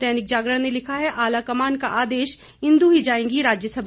दैनिक जागरण ने लिखा है आलाकमान का आदेश इंदु ही जाएंगी राज्यसभा